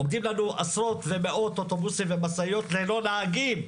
עומדים לנו עשרות ומאות אוטובוסים ומשאיות ללא נהגים,